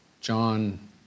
John